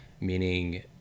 meaning